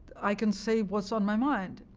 i can say what's on my mind.